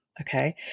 Okay